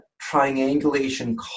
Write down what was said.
triangulation